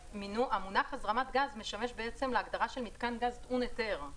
המונח "הזרמת גז" משמש להגדרה של מתקן גז טעון היתר.